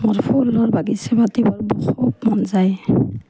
মোৰ ফুলৰ বাগিচা পাতিবৰ বহুত মন যায়